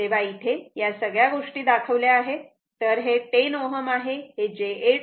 तेव्हा इथे या सगळ्या गोष्टी दाखवल्या आहेत तर हे 10 Ω आहे हे j 8 Ω आहे